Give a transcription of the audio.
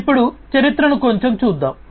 కాబట్టి ఇప్పుడు చరిత్రను కొంచెం చూద్దాం